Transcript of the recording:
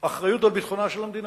אחריות על ביטחונה של המדינה,